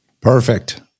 Perfect